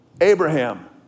Abraham